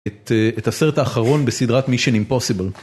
את הסרט האחרון בסדרת מישן אימפוסיבל.